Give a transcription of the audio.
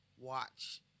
watch